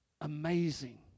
Amazing